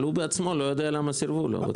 אבל הוא בעצמו לא יודע למה סירוב לו.